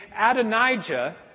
Adonijah